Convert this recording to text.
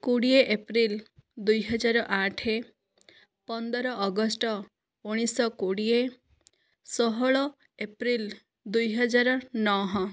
କୋଡ଼ିଏ ଏପ୍ରିଲ ଦୁଇ ହଜାର ଆଠ ପନ୍ଦର ଅଗଷ୍ଟ ଉଣାଇଶ ଶହ କୋଡ଼ିଏ ଷୋହଳ ଏପ୍ରିଲ ଦୁଇ ହଜାର ନହ